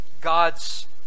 God's